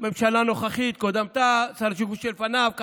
הממשלה הנוכחית, קודמתה, שר השיכון שלפני, כחלון,